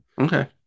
okay